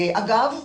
אגב,